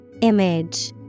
Image